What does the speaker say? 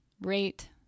rate